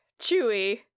Chewie